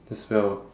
as well